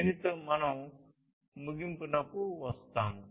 దీనితో మనం ముగింపుకు వస్తాము